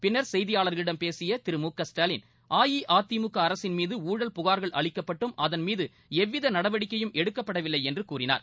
பின்னர் செய்தியாளர்களிடம் பேசிய திரு மு க ஸ்டாவின் அஇஅதிமுக அரசின் மீது ஊழல் புகார்கள் அளிக்கப்பட்டும் அதன் மீது எவ்வித நடவடிக்கையும் எடுக்கப்படவில்லை என்று கூறினார்